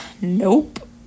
Nope